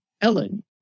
Ellen